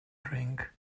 drink